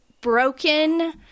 broken